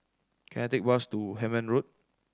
can I take bus to Hemmant Road